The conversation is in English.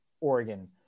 Oregon